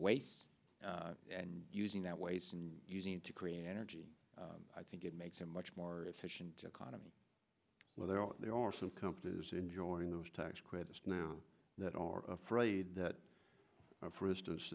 weights and using that waste and using it to create energy i think it makes it much more efficient economy where there are there are some compass enjoying those tax credits now that are afraid that for instance